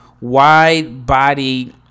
wide-body